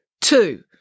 two